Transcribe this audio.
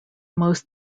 most